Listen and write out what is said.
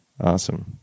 Awesome